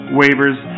waivers